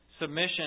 submission